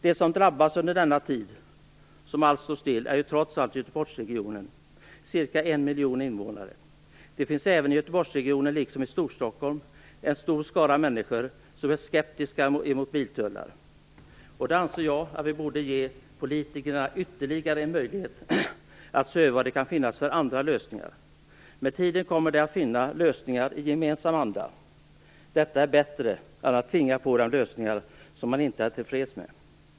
De som drabbas under denna tid är Göteborgsregionens ca 1 miljon invånare. Det finns i Göteborgsregionen, liksom i Storstockholm, en stor skara människor som är skeptiska mot biltullar. Därför anser jag att vi borde ge politikerna ytterligare möjligheter att se över vad det kan finnas för andra lösningar. Med tiden kommer de att finna lösningar i gemensam anda. Detta är bättre än att tvinga på dem lösningar som man inte är till freds med.